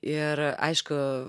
ir aišku